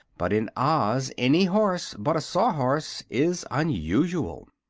but in oz any horse but a sawhorse is unusual.